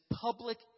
public